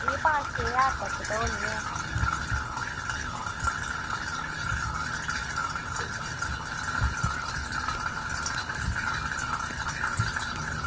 इ'यै पंज छे ज्हार तक ते होनी ऐ